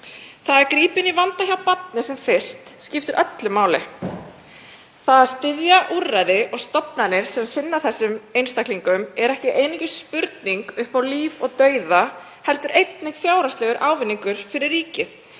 ára. Að grípa inn í vanda hjá barni sem fyrst skiptir öllu máli. Það að styðja úrræði og stofnanir sem sinna þessum einstaklingum er ekki einungis spurning upp á líf og dauða heldur er einnig fjárhagslegur ávinningur fyrir ríkið.